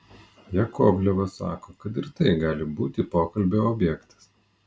jakovlevas sako kad ir tai gali būti pokalbio objektas